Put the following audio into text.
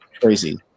crazy